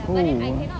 oh